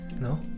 No